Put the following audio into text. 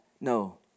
no